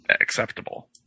acceptable